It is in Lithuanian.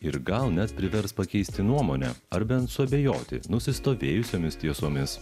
ir gal net privers pakeisti nuomonę ar bent suabejoti nusistovėjusiomis tiesomis